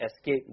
escape